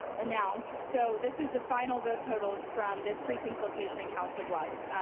announced. so this is the final vote total from this precinct location in council bluffs.